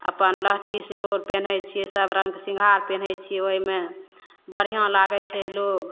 अपन लहठी सिनूर पेन्है छियै सबरङ्गके सिंगार पेन्है छियै ओहिमे बढ़िऑं लागै छै लोग